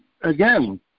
again